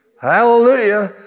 Hallelujah